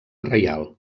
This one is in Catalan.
reial